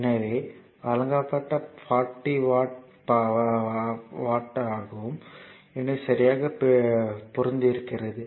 எனவே வழங்கப்பட்ட 40 வாட் ஆகும் எனவே சரியாக பொருந்துகிறது